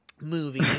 movie